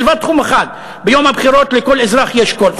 מלבד תחום אחד: ביום הבחירות לכל אזרח יש קול.